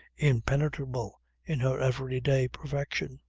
impenetrable in her everyday perfection.